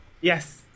Yes